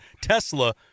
Tesla